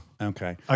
Okay